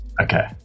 Okay